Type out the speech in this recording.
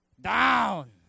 Down